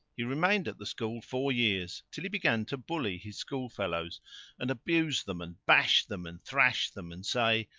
he remained at the school four years, till he began to bully his schoolfellows and abuse them and bash them and thrash them and say,